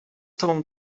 tobą